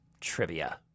trivia